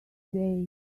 day